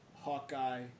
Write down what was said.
Hawkeye